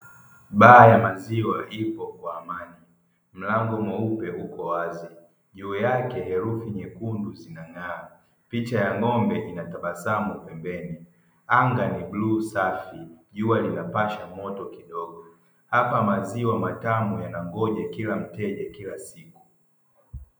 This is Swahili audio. Baa ya maziwa ipo kwa amani, mlango mweupe upo wazi juu yake herufi nyekundu zinang'aa picha ya ng'ombe inatabasamu pembeni, anga ni buluu safi jua linapaswa moto kidogo, hapa maziwa matamu yanangoja mteja kila siku.